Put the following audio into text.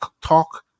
talk